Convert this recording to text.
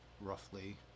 roughly